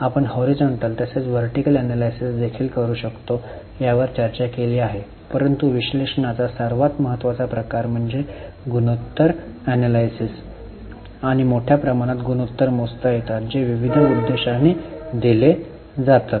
आपण हॉरिझॉन्टल तसेच vertical analysis देखील करू शकतो यावर चर्चा केली आहे परंतु विश्लेषणाचा सर्वात महत्त्वाचा प्रकार म्हणजे गुणोत्तर एनलायसिस आणि मोठ्या प्रमाणात गुणोत्तर मोजता येतात जे विविध उद्देशाने दिले जातात